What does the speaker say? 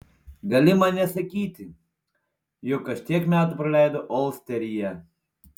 gali man nesakyti juk aš tiek metų praleidau olsteryje